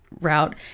route